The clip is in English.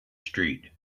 street